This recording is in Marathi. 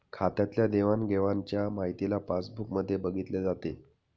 खात्यातल्या देवाणघेवाणच्या माहितीला पासबुक मध्ये बघितले जाते